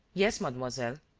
yes, mademoiselle,